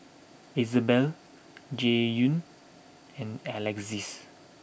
Isabelle Jaidyn and Alexis